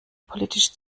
politisch